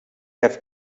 have